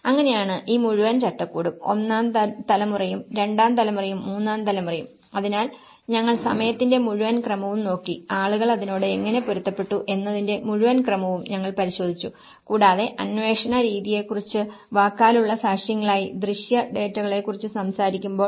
അങ്ങനെയാണ് ഈ മുഴുവൻ ചട്ടക്കൂടും ഒന്നാം തലമുറയും രണ്ടാം തലമുറയും മൂന്നാം തലമുറയും അതിനാൽ ഞങ്ങൾ സമയത്തിന്റെ മുഴുവൻ ക്രമവും നോക്കി ആളുകൾ അതിനോട് എങ്ങനെ പൊരുത്തപ്പെട്ടു എന്നതിന്റെ മുഴുവൻ ക്രമവും ഞങ്ങൾ പരിശോധിച്ചു കൂടാതെ അന്വേഷണ രീതികളെക്കുറിച്ച് വാക്കാലുള്ള സാക്ഷ്യങ്ങളായി ദൃശ്യ ഡാറ്റയെക്കുറിച്ച് സംസാരിക്കുമ്പോൾ